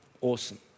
Awesome